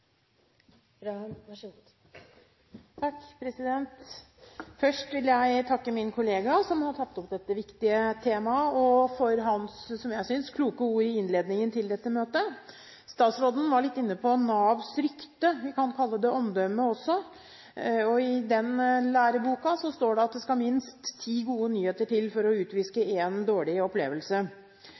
Først vil jeg takke min kollega som har tatt opp dette viktige temaet, og for hans, slik jeg ser det, kloke ord i innledningen av denne debatten. Statsråden var litt inne på Navs rykte, vi kan kalle det omdømme også, og i den læreboka står det at det skal minst ti gode nyheter til for å utviske én dårlig opplevelse.